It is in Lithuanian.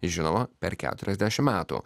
žinoma per keturiasdešimt metų